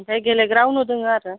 ओमफ्राय गेलेग्राबो दङ आरो